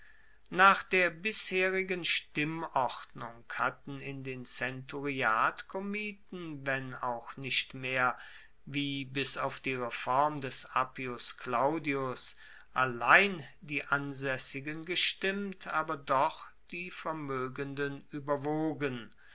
nach der bisherigen stimmordnung hatten in den zenturiatkomitien wenn auch nicht mehr wie bis auf die reform des appius claudius allein die ansaessigen gestimmt aber doch die vermoegenden ueberwogen